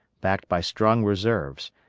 backed by strong reserves,